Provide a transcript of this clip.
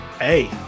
Hey